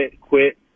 quit